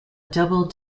double